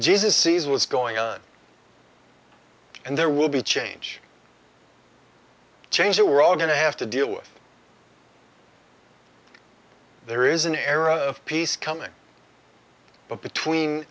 jesus sees was going on and there will be change change that we're all going to have to deal with there is an era of peace coming between